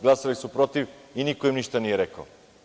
Glasali su protiv, i niko im ništa nije rekao.